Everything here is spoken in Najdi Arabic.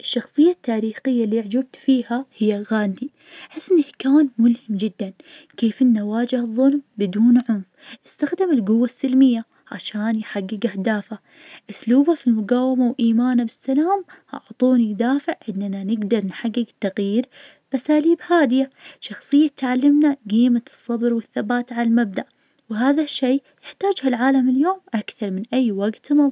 الشخصية التاريخية اللي اعجبت فيها هي غاندي, حس انه كان ملهم جداً, كيف إنه واجه الظلم بدون عنف, استخدام القوة السلمية عشان يحقق أهدافه, اسلوبه في المقاومة وإيمانه بالسلام, أعطوني دافع إننا نقدر نحقق التغيير باساليب هادية, شخصية تعلمنا قيمة الصبر والثبات عالمبدأ, وهذا الشي يحتاجه العالم اليوم أكثر من أي وقت مضى